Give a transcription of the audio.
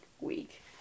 week